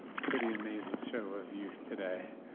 pretty amazing show of you today.